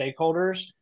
stakeholders